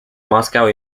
moscow